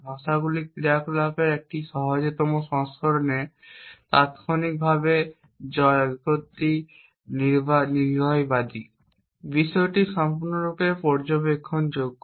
ভাষার ক্রিয়াগুলির এই সহজতম সংস্করণে তাত্ক্ষণিকভাবে জগতটি নির্ণয়বাদী বিশ্বটি সম্পূর্ণরূপে পর্যবেক্ষণযোগ্য